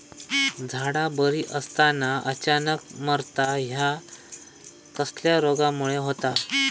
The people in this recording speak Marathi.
झाडा बरी असताना अचानक मरता हया कसल्या रोगामुळे होता?